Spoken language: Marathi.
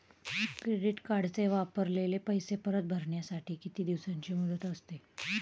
क्रेडिट कार्डचे वापरलेले पैसे परत भरण्यासाठी किती दिवसांची मुदत असते?